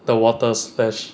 the water splash